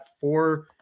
four